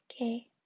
Okay